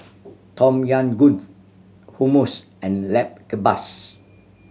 Tom Yam Goongs Hummus and Lamb Kebabs